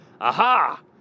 Aha